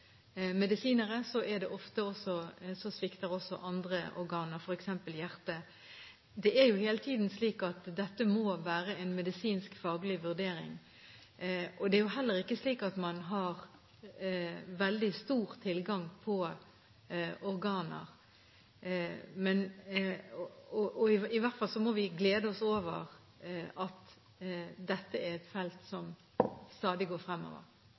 medisinere, svikter ofte også andre organer, f.eks. hjertet. Det er jo hele tiden slik at dette må være en medisinsk-faglig vurdering. Det er heller ikke slik at man har veldig stor tilgang på organer. I hvert fall må vi glede oss over at dette er et felt som stadig går fremover.